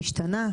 משתנה,